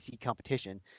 competition